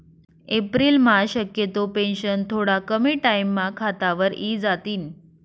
एप्रिलम्हा शक्यतो पेंशन थोडा कमी टाईमम्हा खातावर इजातीन